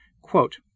Quote